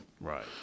Right